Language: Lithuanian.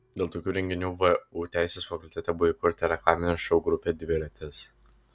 dėl tokių renginių vu teisės fakultete buvo įkurta reklaminė šou grupė dviratis